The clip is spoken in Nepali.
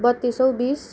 बत्तिस सौ बिस